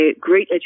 great